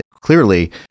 clearly